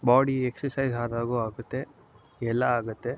body exercise ಆದಾಗೂ ಆಗುತ್ತೆ ಎಲ್ಲ ಆಗುತ್ತೆ